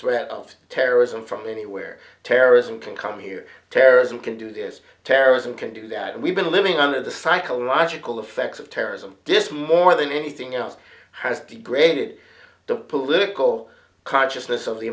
threat of terrorism from anywhere terrorism can come here terrorism can do this terrorism can do that we've been living under the psychological effects of terrorism this more than anything else has degraded the political consciousness of the